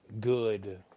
good